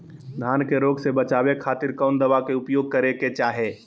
धान के रोग से बचावे खातिर कौन दवा के उपयोग करें कि चाहे?